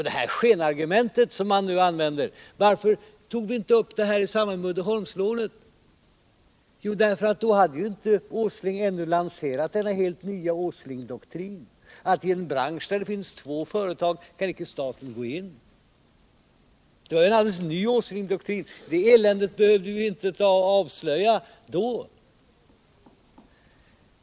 Det är ett skenargument att fråga varför vi inte resonerade på samma sätt när det gällde Uddeholmslånet. Då hade herr Åsling ännu inte lanserat sin nya doktrin: i en bransch där det finns två företag skall staten inte gå in. Det är en alldeles ny Åslingdoktrin, så det eländet behövde vi inte avslöja då.